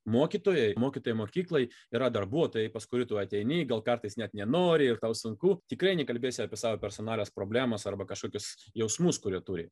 mokytojai mokytojai mokykloj yra darbuotojai pas kurį tu ateini gal kartais net nenori ir tau sunku tikrai nekalbėsi apie savo personales problemas arba kažkokius jausmus kurie turi